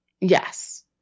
Yes